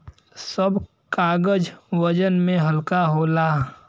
सब कागज वजन में हल्का होला